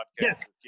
Yes